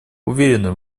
уверены